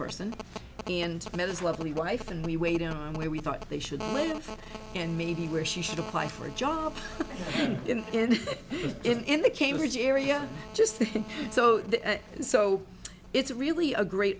person and met his lovely wife and we wait on where we thought they should live and maybe where she should apply for a job in the cambridge area just so so it's really a great